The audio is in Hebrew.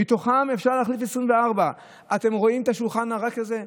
ומתוכם אפשר להחליף 24. אתם רואים את השולחן הריק הזה?